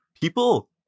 people